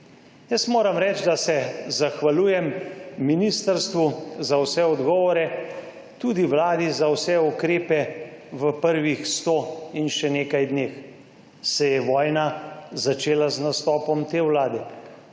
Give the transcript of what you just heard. Jaz moram reči, da se zahvaljujem ministrstvu za vse odgovore in tudi vladi za vse ukrepe v prvih sto in še nekaj dneh. Se je vojna začela z nastopom te vlade?